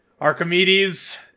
Archimedes